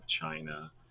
China